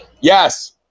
Yes